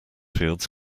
fields